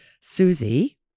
Susie